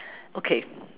okay